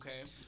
Okay